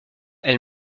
elle